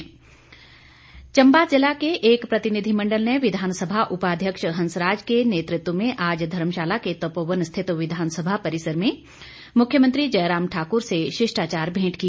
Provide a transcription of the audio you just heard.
प्रतिनिधिमण्डल चंबा जिला के एक प्रतिनिधिमंडल ने विधानसभा उपाध्यक्ष हंसराज के नेतृत्व में आज धर्मशाला के तपोवन स्थित विधानसभा परिसर में मुख्यमंत्री जयराम ठाकुर से शिष्टाचार भेंट की